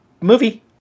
movie